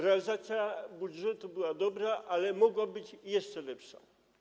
Realizacja budżetu była dobra, ale mogła być jeszcze lepsza.